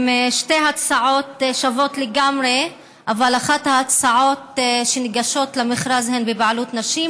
אם שתי הצעות שוות לגמרי אבל אחת ההצעות שניגשות למכרז היא בבעלות נשים,